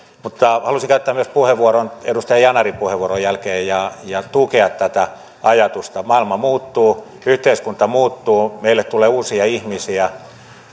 mutta halusin myös käyttää puheenvuoron edustaja yanarin puheenvuoron jälkeen ja ja tukea tätä ajatusta maailma muuttuu yhteiskunta muuttuu meille tulee uusia ihmisiä